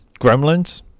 gremlins